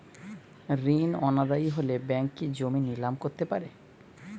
ঋণ অনাদায়ি হলে ব্যাঙ্ক কি জমি নিলাম করতে পারে?